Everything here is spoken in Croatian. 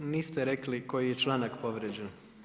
Niste rekli koji je članak povrijeđen.